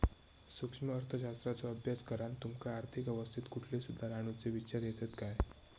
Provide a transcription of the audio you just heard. सूक्ष्म अर्थशास्त्राचो अभ्यास करान तुमका आर्थिक अवस्थेत कुठले सुधार आणुचे विचार येतत काय?